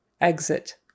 Exit